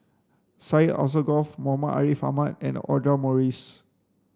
Syed Alsagoff Muhammad Ariff Ahmad and Audra Morrice